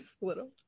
little